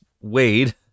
Wade